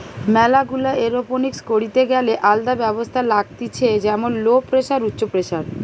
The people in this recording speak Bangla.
ম্যালা গুলা এরওপনিক্স করিতে গ্যালে আলদা ব্যবস্থা লাগতিছে যেমন লো প্রেসার, উচ্চ প্রেসার